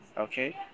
okay